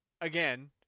again